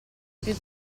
più